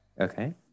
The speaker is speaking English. Okay